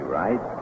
right